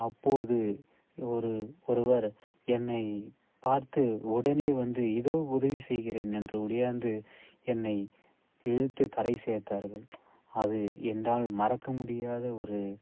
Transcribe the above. அப்போது ஒரு ஒருவர் என்னை பார்த்து உடனே வந்து இதோ உதவி செய்கிறேன் என்று ஓடியாந்து என்னை இழுத்து கரை சேர்த்தார்கள் அது என்னால் மறக்க முடியாத ஒரு